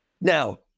Now